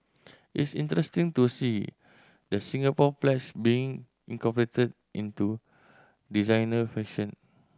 it's interesting to see the Singapore Pledge being incorporated into designer fashion